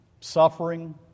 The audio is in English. suffering